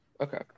okay